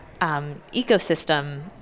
ecosystem